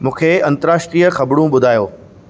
मूंखे अंतर्राष्ट्रीय ख़बरूं ॿुधायो